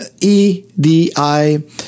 E-D-I